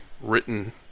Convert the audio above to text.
written